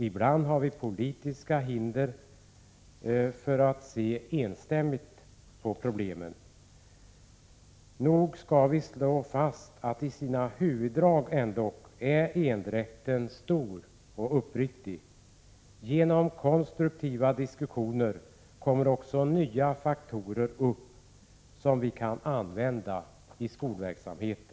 Ibland har vi politiska hinder för att se problemen på samma sätt. Nog skall vi slå fast att endräkten i sina huvuddrag är stor och uppriktig. Genom konstruktiva diskussioner kommer också nya faktorer upp som vi kan använda i skolans verksamhet.